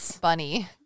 Bunny